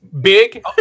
big